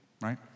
right